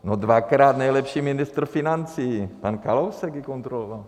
No dvakrát nejlepší ministr financí, pan Kalousek ji kontroloval.